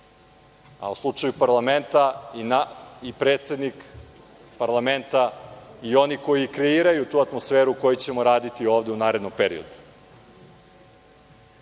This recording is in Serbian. a u slučaju parlamenta i predsednik parlamenta i oni koji kreiraju tu atmosferu u kojoj ćemo raditi ovde u narednom periodu.U